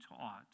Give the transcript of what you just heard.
taught